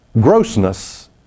grossness